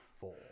four